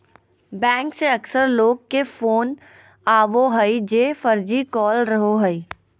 bank से अक्सर लोग के फोन आवो हइ जे फर्जी कॉल रहो हइ